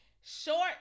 short